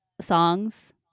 songs